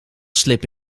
slib